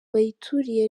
bayituriye